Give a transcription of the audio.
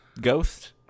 ghost